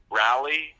rally –